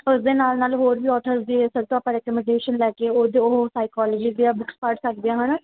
ਉਸਦੇ ਨਾਲ ਨਾਲ ਹੋਰ ਵੀ ਓਥਰਸ ਦੀ ਸਰ ਤੋਂ ਆਪਾਂ ਰੈਕਮਡੇਸ਼ਨ ਲੈ ਕੇ ਉਹਦੀ ਉਹ ਸਾਈਕੋਲੋਜੀ ਦੀਆਂ ਬੁੱਕਸ ਪੜ੍ਹ ਸਕਦੇ ਹੈ ਨਾ